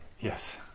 Yes